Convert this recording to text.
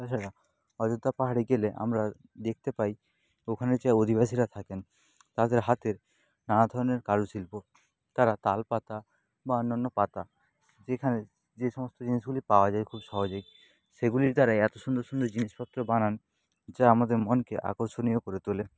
তাছাড়া অযোধ্যা পাহাড়ে গেলে আমরা দেখতে পাই ওখানে যে অধিবাসীরা থাকেন তাদের হাতের নানা ধরনের কারু শিল্প তারা তাল পাতা বা অন্যান্য পাতা যেখানে যে সমস্ত জিনিসগুলি পাওয়া যায় খুব সহজেই সেগুলির দ্বারা এতো সুন্দর সুন্দর জিনিসপত্র বানান যা আমাদের মনকে আকর্ষণীয় করে তোলে